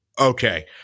Okay